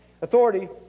authority